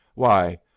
why,